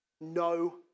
No